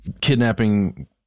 kidnapping